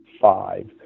five